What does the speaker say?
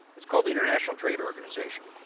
it's called the international trade organization.